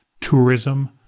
tourism